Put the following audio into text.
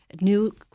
new